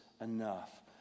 enough